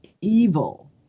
evil